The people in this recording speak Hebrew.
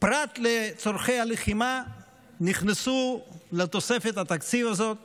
פרט לצורכי הלחימה נכנסו לתוספת התקציב הזאת